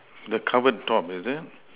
the cupboard top is it